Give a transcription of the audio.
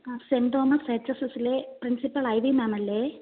ആ saint Thomas H S എസ്സിലെ principal ഐറി മേമല്ലേ